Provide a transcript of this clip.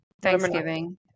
Thanksgiving